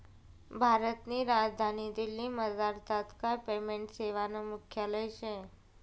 भारतनी राजधानी दिल्लीमझार तात्काय पेमेंट सेवानं मुख्यालय शे